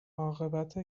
عاقبت